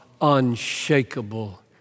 unshakable